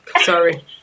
sorry